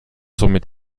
somit